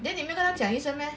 then 你没有跟他讲一声 meh